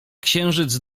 księżyc